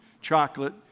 chocolate